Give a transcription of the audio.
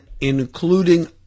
including